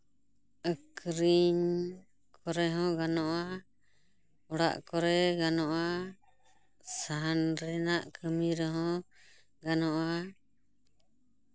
ᱟᱹᱠᱷᱨᱤᱧ ᱠᱚᱨᱮ ᱦᱚᱸ ᱜᱟᱱᱚᱜᱼᱟ ᱚᱲᱟᱜ ᱠᱚᱨᱮᱫ ᱜᱟᱱᱚᱜᱼᱟ ᱥᱟᱦᱟᱱ ᱨᱮᱱᱟᱜ ᱠᱟᱹᱢᱤ ᱨᱮᱦᱚᱸ ᱜᱟᱱᱚᱜᱼᱟ